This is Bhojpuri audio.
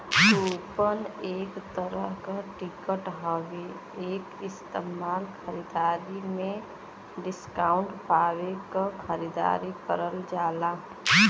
कूपन एक तरह क टिकट हउवे एक इस्तेमाल खरीदारी में डिस्काउंट पावे क खातिर करल जाला